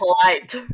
polite